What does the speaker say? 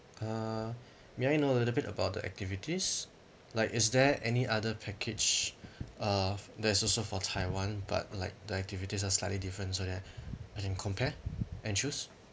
uh may I know a little bit about the activities like is there any other package uh that's also for taiwan but like the activities are slightly different so that I can compare and choose